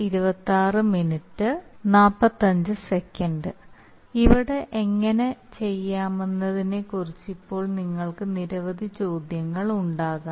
ഇത് എങ്ങനെ ചെയ്യാമെന്നതിനെക്കുറിച്ച് ഇപ്പോൾ നിങ്ങൾക്ക് നിരവധി ചോദ്യങ്ങൾ ഉണ്ടാക്കാം